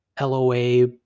LOA